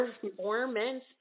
performance